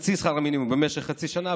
חצי שכר מינימום במשך חצי שנה,